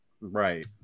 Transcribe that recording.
right